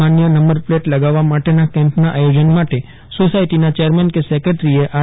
માન્ય number plate લગાવવા માટેના કેમ્પનાં આયોજન માટે સોસાયટીના ચેરમેન કે સેક્રેટરીએ આર